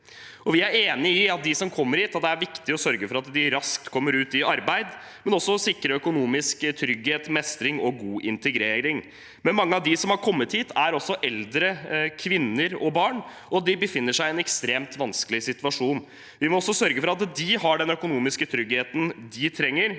Vi er enig i at det er viktig å sørge for at de som kommer hit, raskt kommer ut i arbeid, men også å sikre dem økonomisk trygghet, mestring og god integrering. Mange av dem som har kommet hit, er eldre, kvinner og barn, og de befinner seg i en ekstremt vanskelig situasjon. Vi må også sørge for at de har den økonomiske tryggheten de trenger